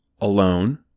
alone